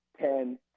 Ten